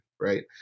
right